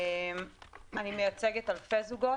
אני מייצגת אלפי זוגות.